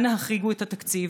אנא החריגו את התקציב.